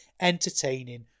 entertaining